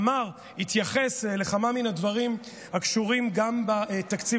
התייחס לכמה מן הדברים הקשורים גם בתקציב